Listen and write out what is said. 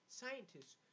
scientists